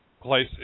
place